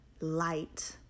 light